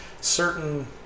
certain